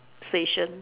station